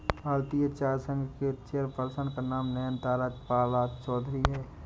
भारतीय चाय संघ के चेयर पर्सन का नाम नयनतारा पालचौधरी हैं